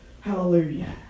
Hallelujah